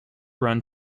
run